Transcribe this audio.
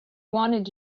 wanted